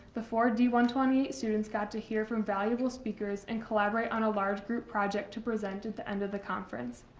the four d one two eight students got to hear from valuable speakers and collaborate on a large group project to present at the end of the conference.